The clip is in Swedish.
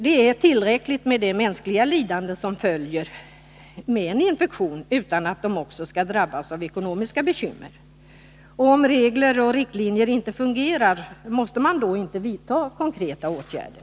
Det är tillräckligt med det mänskliga lidande som följer av en infektion. Därtill bör patienterna inte också drabbas av ekonomiska bekymmer. Om regler och riktlinjer inte fungerar, måste man då inte vidta konkreta åtgärder?